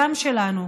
גם שלנו.